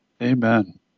Amen